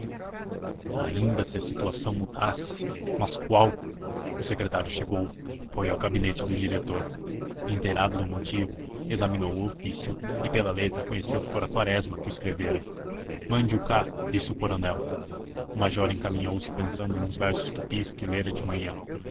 ainda se a situação mudasse mas qual o secretário chegou foi ao gabinete do diretor inteirado do motivo examinou o ofício e pela letra conheceu que fora quaresma quem o escrevera mande o cá disse o coronel o major encaminhouse pensando nuns versos tupis que lera de manhã